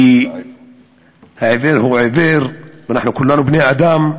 כי העיוור הוא עיוור, ואנחנו כולנו בני-אדם,